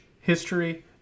history